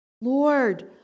Lord